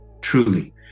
truly